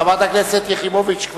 חברת הכנסת יחימוביץ,